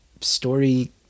story